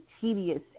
tedious